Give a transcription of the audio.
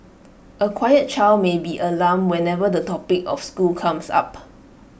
A quiet child may be alarmed whenever the topic of school comes up